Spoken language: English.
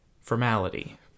formality